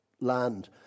land